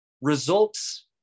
Results